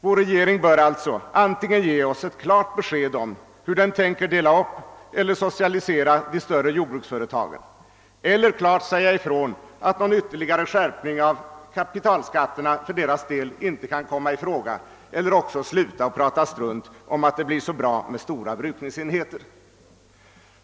Vår regering bör alltså antingen ge oss ett klart besked om hur den tänker dela upp eller socialisera de större jordbruksföretagen eller klart säga ifrån att någon ytterligare skärpning av kapitalskatterna för deras del inte kan komma i fråga eller också sluta att prata strunt om att det blir så bra med stora brukningsenheter.